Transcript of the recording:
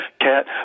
Cat